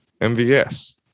MVS